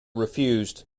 refused